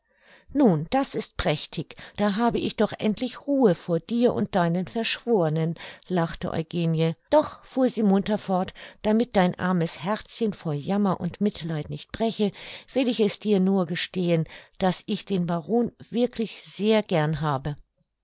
nun das ist prächtig da habe ich doch endlich ruhe vor dir und deinen verschwornen lachte eugenie doch fuhr sie munter fort damit dein armes herzchen vor jammer und mitleid nicht breche will ich es dir nur gestehen daß ich den baron wirklich sehr gern habe